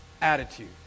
attitude